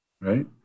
right